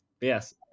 yes